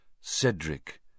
Cedric